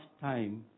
time